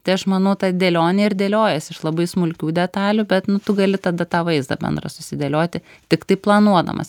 tai aš manau ta dėlionė ir dėliojasi iš labai smulkių detalių bet nu tu gali tada tą vaizdą bendrą susidėlioti tiktai planuodamas